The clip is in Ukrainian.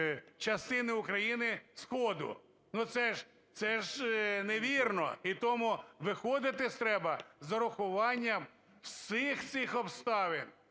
частини України сходу? Ну це ж невірно. І тому виходити треба з урахуванням всіх цих обставин.